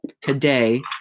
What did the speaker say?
Today